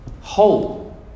whole